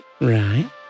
Right